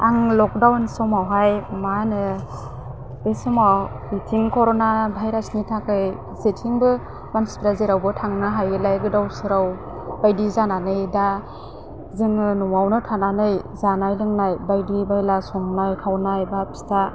आं लकडाउन समावहाय मा होनो बे समाव बेथिं कर'ना भाइरासनि थाखाय जेथिंबो मानसिफ्रा जेरावबो थांनो हायिलाय गोदाव सोराव बायदि जानानै दा जोङो न'वावनो थानानै जानाय लोंनाय बायदि बायला संनाय खावनाय बा फिथा